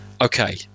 okay